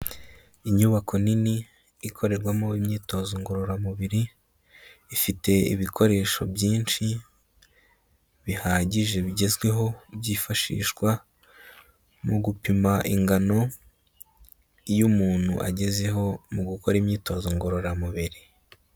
Inyubako nini ikorerwamo imyitozo ngororamubiri, ifite ibikoresho byinshi bihagije bigezweho, byifashishwa mu gupima ingano y'umuntu agezeho mu gukora imyitozo ngororamubiri.